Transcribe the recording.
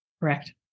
Correct